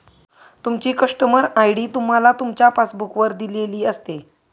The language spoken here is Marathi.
तुमची कस्टमर आय.डी तुम्हाला तुमच्या पासबुक वर दिलेली असते